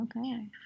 okay